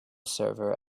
server